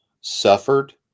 suffered